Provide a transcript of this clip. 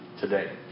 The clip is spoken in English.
today